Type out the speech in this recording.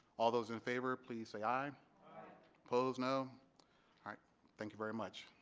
all those in favor please say aye opposed no i thank you very much